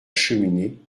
cheminée